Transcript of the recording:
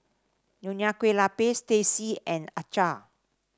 Nonya Kueh Lapis Teh C and acar